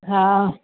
हा